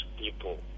people